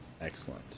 Excellent